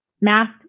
Math